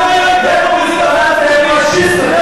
מתי היתה פה מדינה פלסטינית,